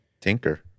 tinker